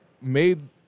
made